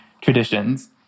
traditions